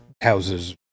houses